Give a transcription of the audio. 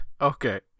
Okay